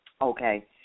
Okay